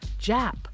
jap